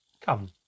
Come